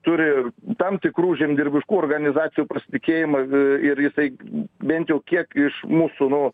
turi tam tikrų žemdirbiškų organizacijų pasitikėjimą ir į tai bent jau kiek iš mūsų nu